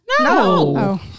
No